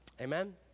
Amen